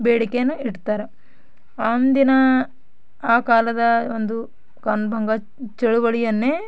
ಬೇಡಿಕೆಯನ್ನು ಇಡ್ತಾರೆ ಅಂದಿನ ಆ ಕಾಲದ ಒಂದು ಕಾನೂನು ಭಂಗ ಚಳುವಳಿಯನ್ನೇ